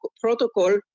protocol